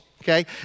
okay